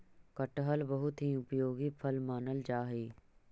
कटहल बहुत ही उपयोगी फल मानल जा हई